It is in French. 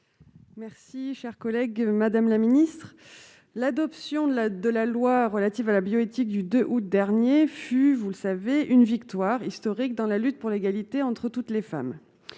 Merci. Si cher collègue, Madame la Ministre, l'adoption de la de la loi relative à la bioéthique du 2 août dernier fut, vous le savez, une victoire historique dans la lutte pour l'égalité entre toutes les femmes,